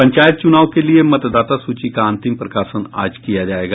पंचायत चुनाव के लिए मतदाता सूची का अंतिम प्रकाशन आज किया जायेगा